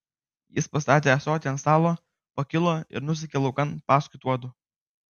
jis pastatė ąsotį ant stalo pakilo ir nusekė laukan paskui tuodu